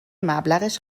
مبلغش